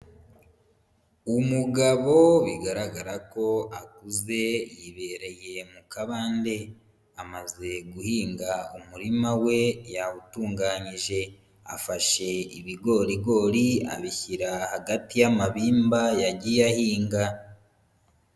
Umugabo bigaragara ko akuze yibereye mu kabande, amaze guhinga umurima we yawutunganyije, afashe ibigorigori abishyira hagati y'amabimba yagiye ahinga.